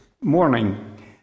morning